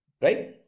Right